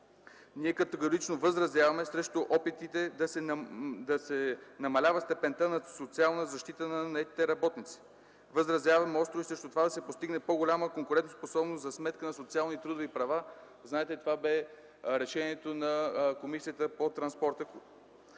Категорично възразяваме срещу опитите да се намалява степента на социалната защита на наетите работници. Възразяваме остро и срещу това да се постигне по-голяма конкурентоспособност за сметка на социални и трудови права. Знаете, това бе решението на Комисията по транспорта.